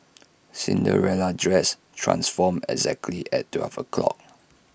Cinderella's dress transformed exactly at twelve o'clock